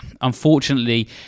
unfortunately